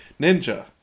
ninja